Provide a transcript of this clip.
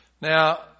Now